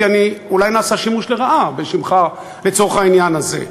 כי אולי נעשה שימוש לרעה בשמך לצורך העניין הזה.